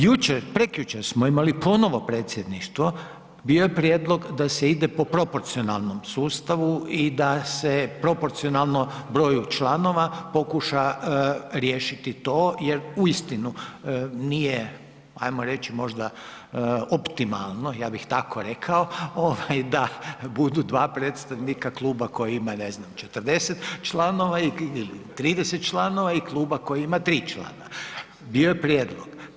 Jučer, prekjučer smo imali ponovo predsjedništvo, bio je prijedlog da se ide po proporcionalnom sustavu i da se proporcionalnom broju članova pokuša riješiti to jer uistinu nije, ajmo reći optimalno ja bih tako rekao, ovaj da budu dva predstavnika kluba koji ima, ne znam 40 članova ili 30 članova i kluba koji ima 3 člana, bio je prijedlog.